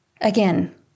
Again